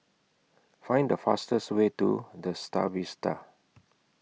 Find The fastest Way to The STAR Vista